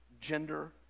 gender